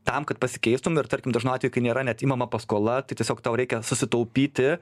tam kad pasikeistum ir tarkim dažnu atveju kai nėra net imama paskola tai tiesiog tau reikia susitaupyti